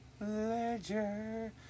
Ledger